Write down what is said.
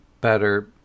better